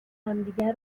همدیگه